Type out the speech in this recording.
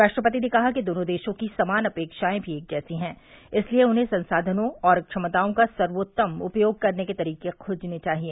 राष्ट्रपति ने कहा कि दोनों देशों की समान अपेक्षाएं भी एक जैसी हैं इसलिए उन्हें संसाधनों और क्षमताओं का सर्वोत्तम उपयोग करने के तरीके खोजने चाहिए